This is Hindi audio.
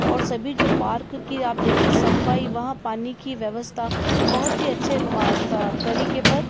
और सभी जो पार्क की आप देखें सफाई वहाँ पानी की व्यवस्था बहुत ही अच्छे माता तरीके पर